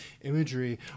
imagery